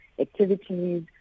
activities